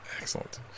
Excellent